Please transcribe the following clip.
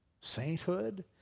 sainthood